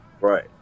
Right